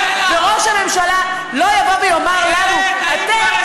וראש הממשלה לא יבוא ויאמר לנו: אתם,